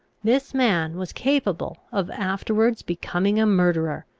this man was capable of afterwards becoming a murderer,